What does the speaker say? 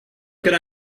could